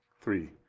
three